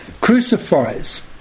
crucifies